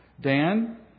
Dan